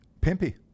pimpy